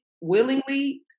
willingly